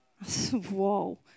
Whoa